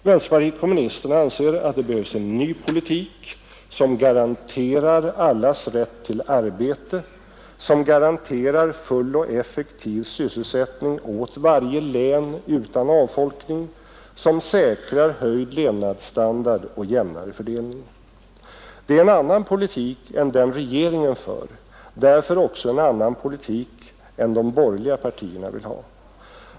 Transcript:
Vänsterpartiet kommunisterna anser att det behövs en ny politik som garanterar allas rätt till arbete, som garanterar full och effektiv sysselsättning åt varje län utan avfolkning, som säkrar höjd levnadsstandard och jämnare fördelning. Det är en annan politik än den regeringen för, därför också en annan politik än de borgerliga partierna vill ha.